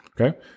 Okay